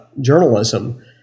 journalism